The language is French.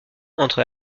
entre